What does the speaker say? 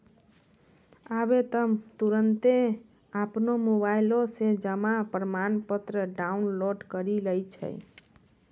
आबै त तुरन्ते अपनो मोबाइलो से जमा प्रमाणपत्र डाउनलोड करि लै छै